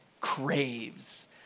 craves